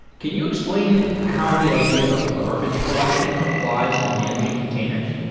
can you explain how the idea of garbage collection applies to managing containers?